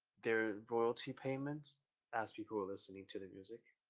their royalty payments as people are listening to the music.